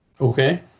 Okay